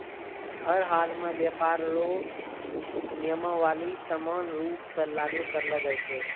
हर हालमे व्यापार रो नियमावली समान रूप से लागू करलो जाय छै